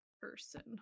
person